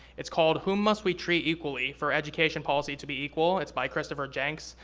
it's called whom must we treat equally for education policy to be equal it's by christopher jencks.